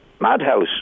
madhouse